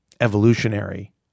evolutionary